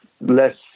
less